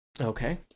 Okay